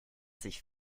sich